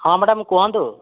ହଁ ମ୍ୟାଡ଼ାମ କୁହନ୍ତୁ